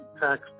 tax